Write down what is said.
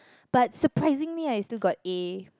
but surprisingly I still got A